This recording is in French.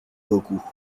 beaucoup